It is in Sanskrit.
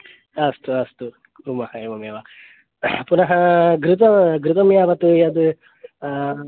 अस्तु अस्तु कुर्मः एवमेव पुनः घृत घृतं यावत् यत्